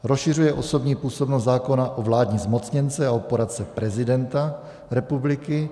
Rozšiřuje osobní působnost zákona o vládní zmocněnce a o poradce prezidenta republiky.